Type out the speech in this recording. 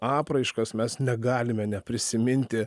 apraiškas mes negalime neprisiminti